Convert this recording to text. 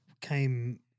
came